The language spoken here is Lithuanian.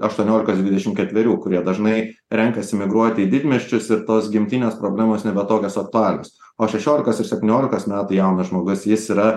aštuoniolikos dvidešim ketverių kurie dažnai renkasi migruoti į didmiesčius ir tos gimtinės problemos nebe tokios aktualios o šešiolikos ir septyniolikos metų jaunas žmogus jis yra